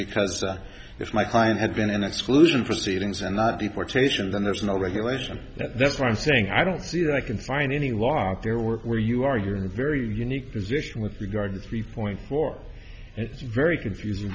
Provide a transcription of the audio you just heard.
because it's my client had been an exclusion proceedings and that deportation then there's no regulation that's what i'm saying i don't see that i can find any lock their work where you are you're in a very unique position with regard to three point four and it's very confusing